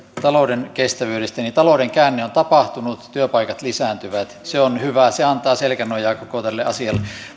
talouden kestävyydestä talouden käänne on tapahtunut työpaikat lisääntyvät se on hyvä se antaa selkänojaa koko tälle asialle